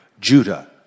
Judah